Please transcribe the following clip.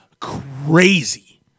crazy